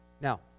Now